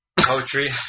Poetry